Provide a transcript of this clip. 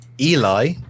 Eli